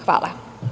Hvala.